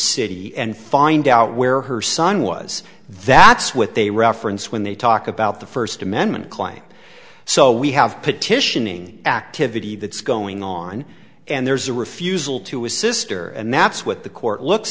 city and find out where her son was that's what they reference when they talk about the first amendment claim so we have petitioning activity that's going on and there's a refusal to his sister and that's what the court l